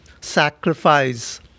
sacrifice